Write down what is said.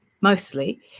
mostly